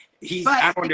he's-